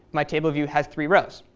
my table view has three rows.